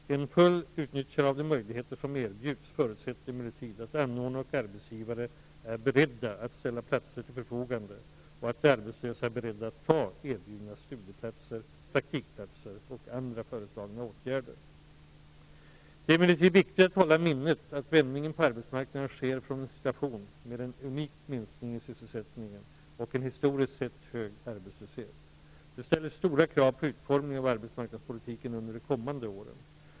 Ett fullt utnyttjande av de möjligheter som erbjuds förutsätter emellertid att anordnare och arbetsgivare är beredda att ställa platser till förfogande och att de arbetslösa är beredda att ta erbjudna studieplatser, praktikplatser och andra föreslagna åtgärder. Det är emellertid viktigt att hålla i minnet att vändningen på arbetsmarknaden sker från en situation med en unik minskning i sysselsättningen och en historiskt sett hög arbetslöshet. Det ställer stora krav på utformningen av arbetsmarknadspolitiken under de kommande åren.